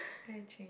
I change